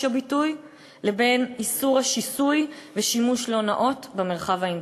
הביטוי לבין איסור השיסוי ושימוש לא נאות במרחב האינטרנטי.